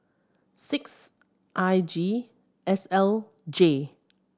six I G S L J